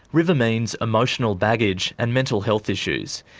river means emotional baggage and mental health issues.